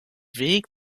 weg